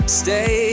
stay